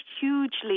hugely